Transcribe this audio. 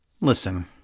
listen